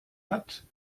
hat